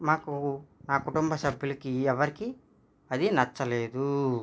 మాకు మా కుటుంబ సభ్యులకి ఎవరికి అది నచ్చలేదు